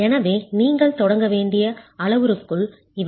எனவே நீங்கள் தொடங்க வேண்டிய அளவுருக்கள் இவை